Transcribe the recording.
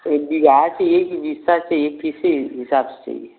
एक बीघा चाहिए कि बिस्सा चाहिए किसी हिसाब से चाहिए